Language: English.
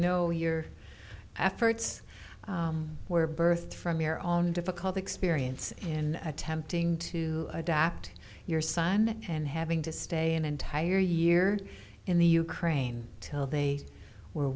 know your efforts were birthed from your own difficult experience in attempting to adapt your son and having to stay an entire year in the ukraine till they were